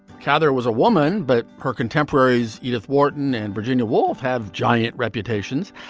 cather was a woman, but her contemporaries, edith wharton and virginia woolf have giant reputations.